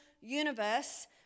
Universe